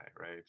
right